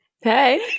Hey